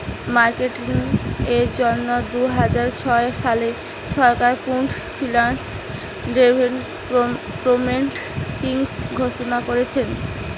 marketing এর জন্যে দুইহাজার ছয় সালে সরকার পুল্ড ফিন্যান্স ডেভেলপমেন্ট স্কিং ঘোষণা কোরেছে